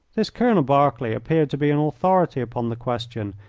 this colonel berkeley appeared to be an authority upon the question,